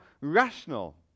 rational